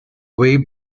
wave